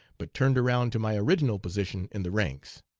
but turned around to my original position in the ranks.